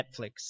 Netflix